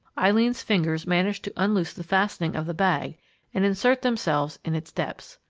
eileen's fingers managed to unloose the fastening of the bag and insert themselves in its depths.